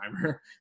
timer